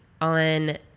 on